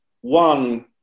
one